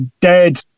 dead